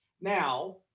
Now